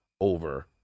over